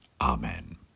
Amen